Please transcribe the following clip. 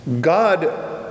God